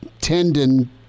tendon